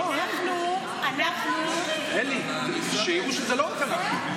תעשו שמיות.